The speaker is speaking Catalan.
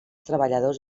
treballadors